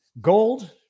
Gold